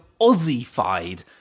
Aussie-fied